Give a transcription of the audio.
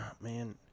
man